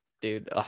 dude